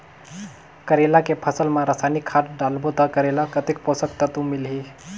करेला के फसल मा रसायनिक खाद डालबो ता करेला कतेक पोषक तत्व मिलही?